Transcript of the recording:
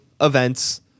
events